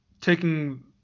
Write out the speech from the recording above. taking